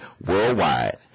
worldwide